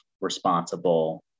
responsible